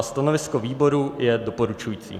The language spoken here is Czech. Stanovisko výboru je doporučující.